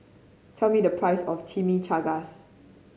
tell me the price of Chimichangas